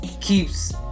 keeps